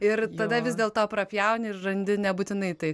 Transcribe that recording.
ir tada vis dėlto prapjauni ir randi nebūtinai tai